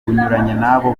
n’abo